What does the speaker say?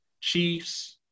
Chiefs